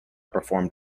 performed